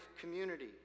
community